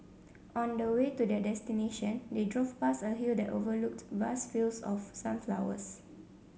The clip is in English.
on the way to their destination they drove past a hill that overlooked vast fields of sunflowers